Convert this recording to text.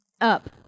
up